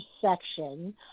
section